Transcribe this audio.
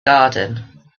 garden